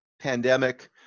pandemic